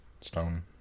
Stone